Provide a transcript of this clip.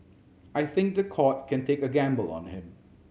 I think the court can take a gamble on him